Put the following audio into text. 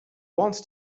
wants